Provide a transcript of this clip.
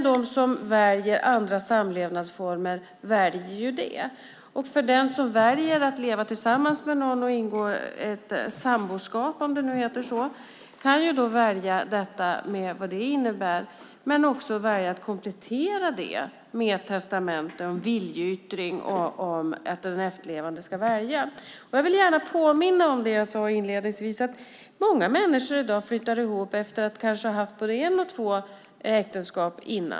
De som väljer andra samlevnadsformer får något annat. De som vill leva tillsammans med någon och ingå samboskap - om det nu heter så - kan välja det med vad det innebär. De kan också välja att komplettera det med ett testamente och en viljeyttring om att den efterlevande ska ärva. Jag vill påminna om det jag sade inledningsvis. Många människor flyttar i dag ihop efter kanske både ett och två äktenskap.